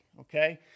Okay